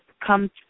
come